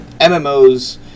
MMOs